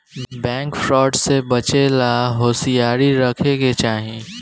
bank fraud से बचे ला होसियारी राखे के चाही